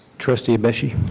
trustee igbechi?